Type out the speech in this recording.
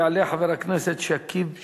יעלה חבר הכנסת שכיב שנאן,